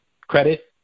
credit